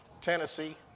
Tennessee